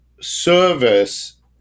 service